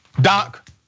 Doc